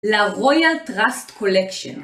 ל-Royal Trust Collection